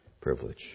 privilege